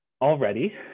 already